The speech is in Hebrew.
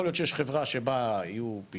יכול להיות שתהיה חברה שבה יהיו פי